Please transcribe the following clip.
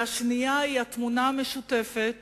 והשנייה היא התמונה המשותפת